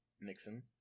Nixon